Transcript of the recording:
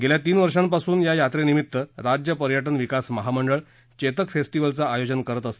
गेल्या तीन वर्षांपासून या यात्रेनिमित्त राज्य पर्यटन विकास महामंडळ चेतक फेस्टीवलचं आयोजन करीत आहे